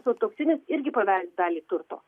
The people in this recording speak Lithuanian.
sutuoktinis irgi paveldi dalį turto